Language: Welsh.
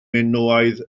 minoaidd